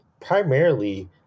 primarily